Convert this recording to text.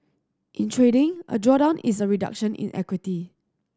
in trading a drawdown is a reduction in equity